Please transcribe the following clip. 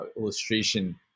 illustration